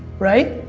right?